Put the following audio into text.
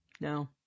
No